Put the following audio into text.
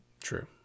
true